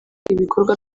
ibikorwa